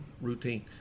routine